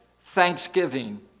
thanksgiving